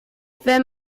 wenn